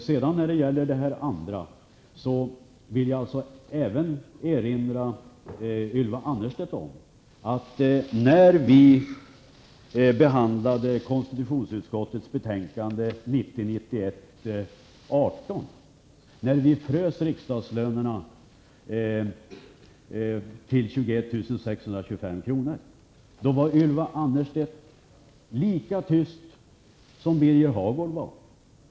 Jag vill erinra Ylva Annerstedt om att när vi behandlade konstitutionsutskottets betänkande 1990/91:18 och frös riksdagslönerna till 21 625 kr., var Ylva Annerstedt lika tyst som Birger Hagård.